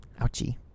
Ouchie